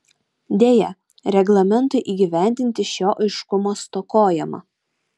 deja reglamentui įgyvendinti šio aiškumo stokojama